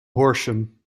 horsham